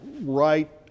right